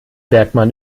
bergmann